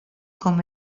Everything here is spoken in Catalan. com